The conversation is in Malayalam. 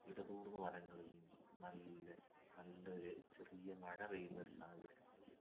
ഇടതൂർന്ന വനങ്ങളിൽ നല്ല നല്ലൊരു ചെറിയ മഴ പെയ്യുന്നൊരു സാഹചര്യങ്ങളിൽ